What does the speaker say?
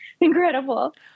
incredible